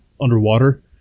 underwater